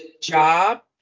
job